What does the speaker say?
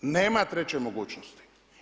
Nema treće mogućnosti.